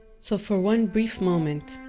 so for one brief moment,